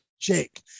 Jake